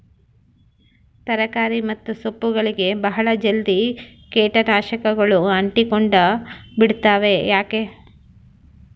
ತರಕಾರಿ ಮತ್ತು ಸೊಪ್ಪುಗಳಗೆ ಬಹಳ ಜಲ್ದಿ ಕೇಟ ನಾಶಕಗಳು ಅಂಟಿಕೊಂಡ ಬಿಡ್ತವಾ ಯಾಕೆ?